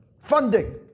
funding